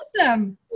awesome